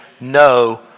no